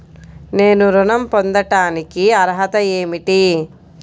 నేను ఋణం పొందటానికి అర్హత ఏమిటి?